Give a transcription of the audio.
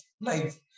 life